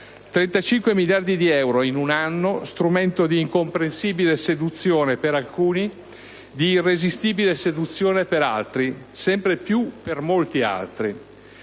miliardi di euro, in un anno, strumento di incomprensibile seduzione (per alcuni), di irresistibile seduzione per altri (sempre più per molti altri).